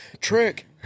Trick